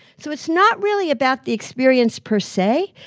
so it's not really about the experience, per se.